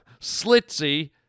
Slitzy